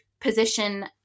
position